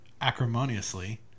acrimoniously